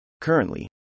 Currently